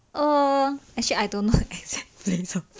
err actually I don't know the exact place